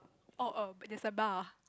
oh oh but there's a bar